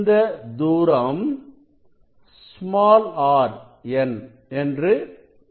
இந்த தூரம் r n என்று இருக்கட்டும்